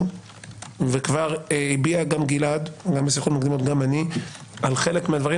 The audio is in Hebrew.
כבר הבענו גלעד ואני עמדה בחלק מהדברים